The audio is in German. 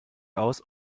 aus